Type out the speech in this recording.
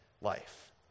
life